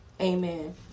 Amen